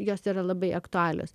jos yra labai aktualios